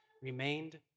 remained